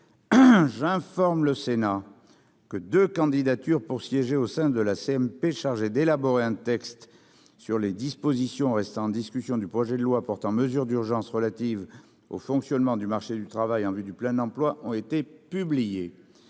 j'informe le Sénat que de candidatures pour siéger au sein de la CMP chargée d'élaborer un texte sur les dispositions restant en discussion du projet de loi portant mesures d'urgence relatives au fonctionnement du marché du travail en vue du plein emploi ont été publiés